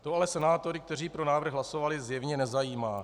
To ale senátory, kteří pro návrh hlasovali, zjevně nezajímá.